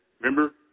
remember